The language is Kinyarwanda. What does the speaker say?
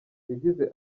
yagize